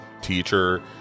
teacher